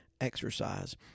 exercise